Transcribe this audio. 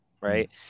right